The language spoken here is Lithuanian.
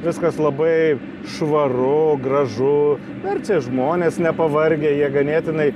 viskas labai švaru gražu na ir čia žmonės nepavargę jie ganėtinai